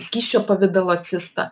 skysčio pavidalo cistą